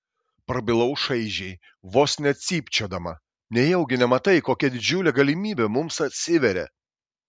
prabilau šaižiai vos ne cypčiodama nejaugi nematai kokia didžiulė galimybė mums atsiveria